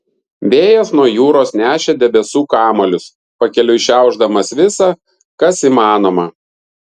vėjas nuo jūros nešė debesų kamuolius pakeliui šiaušdamas visa kas įmanoma